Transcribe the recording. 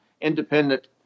independent